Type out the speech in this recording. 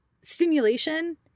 stimulation